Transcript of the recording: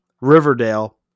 Riverdale